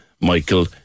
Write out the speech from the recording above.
Michael